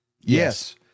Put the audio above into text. Yes